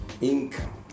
income